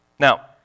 Now